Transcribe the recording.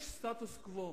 יש סטטוס-קוו.